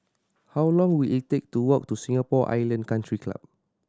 how long will it take to walk to Singapore Island Country Club